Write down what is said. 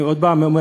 אני עוד הפעם אומר,